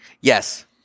Yes